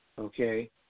Okay